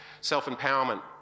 self-empowerment